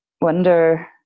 wonder